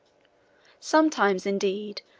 sometimes, indeed,